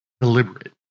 deliberate